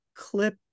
clip